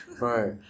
Right